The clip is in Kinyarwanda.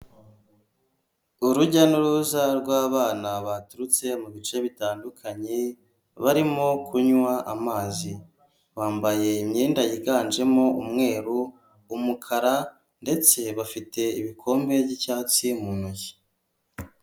Urujya n'uruza rw'abana baturutse mu bice bitandukanye, barimo kunywa amazi bambaye imyenda yiganjemo umweru umukara, ndetse bafite ibikombe by'icyatsi mu ntoki.